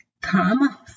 come